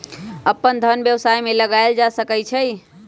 अप्पन धन व्यवसाय में लगायल जा सकइ छइ